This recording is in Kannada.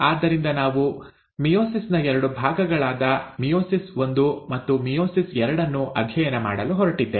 ಆದ್ದರಿಂದ ನಾವು ಮಿಯೋಸಿಸ್ ನ ಎರಡು ಭಾಗಗಳಾದ ಮಿಯೋಸಿಸ್ ಒಂದು ಮತ್ತು ಮಿಯೋಸಿಸ್ ಎರಡನ್ನು ಅಧ್ಯಯನ ಮಾಡಲು ಹೊರಟಿದ್ದೇವೆ